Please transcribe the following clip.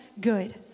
good